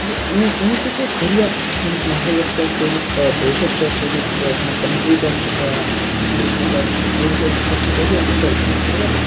یہِ یِمو یِمو سۭتۍ چھُ اَسہِ واریاہ سٲنِس ماحولَس پیٚٹھ سٲنِس دیشَس پیٚٹھ سٲنِس سانہِ کَنٹری پیٚٹھ یا سٲنِس مَطلَب أنٛدۍ پٔکِس پیٚٹھ چھُ واریاہ اَثَر پیٚوان اَگَر